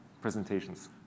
presentations